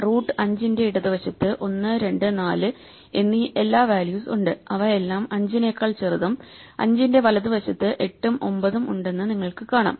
root 5 ന്റെ ഇടതുവശത്ത് 1 2 4 എന്നീ എല്ലാ വാല്യൂസ് ഉണ്ട് അവ എല്ലാം 5 നെക്കാൾ ചെറുതും 5 ന്റെ വലതുവശത്ത് 8 ഉം 9 ഉം ഉണ്ടെന്ന് നിങ്ങൾക്ക് കാണാം